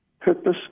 purpose